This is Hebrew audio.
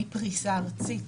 לפריסה ארצית.